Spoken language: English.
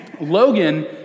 Logan